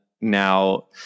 now